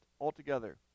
altogether